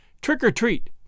Trick-or-Treat